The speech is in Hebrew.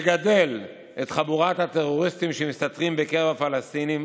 מגדלים את חבורת הטרוריסטים שמסתתרת בקרב הפלסטינים